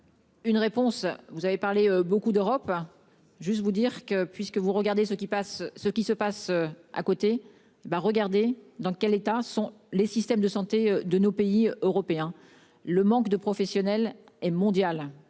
Une réponse. Vous avez parlé beaucoup d'Europe. Juste vous dire que, puisque vous regardez ce qui passe ce qui se passe à côté ben regardez dans quel état sont les systèmes de santé de nos pays européens, le manque de professionnels et mondial.